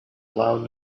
loud